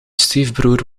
stiefbroer